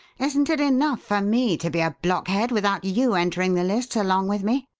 isn't it enough for me to be a blockhead without you entering the lists along with me?